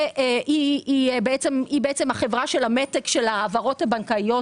שהיא החברה של המתג של ההעברות הבנקאיות,